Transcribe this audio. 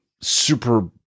super